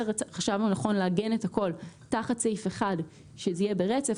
חשבנו לנכון לעגן את הכול תחת סעיף אחד ושזה יהיה ברצף.